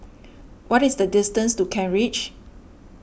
what is the distance to Kent Ridge